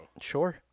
Sure